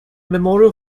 memorial